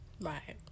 Right